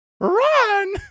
Run